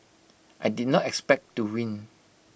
I did not expect to win